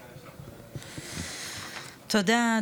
תודה.